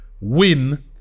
Win